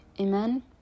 amen